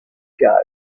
joke